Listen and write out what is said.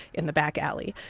in the back alley.